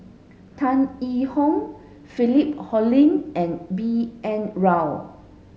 Tan Yee Hong Philip Hoalim and B N Rao